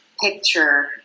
picture